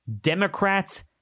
Democrats